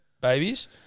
babies